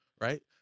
right